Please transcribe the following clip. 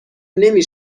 نمی